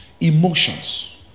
Emotions